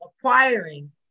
acquiring